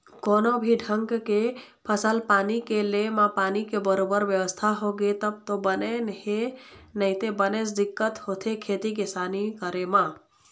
कोनो भी ढंग के फसल पानी के ले म पानी के बरोबर बेवस्था होगे तब तो बने हे नइते बनेच दिक्कत होथे खेती किसानी करे म